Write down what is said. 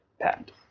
patent